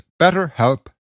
BetterHelp